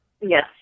Yes